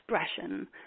expression